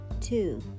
Two